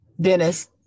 Dennis